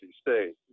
State